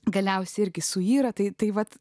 galiausiai irgi suyra tai tai vat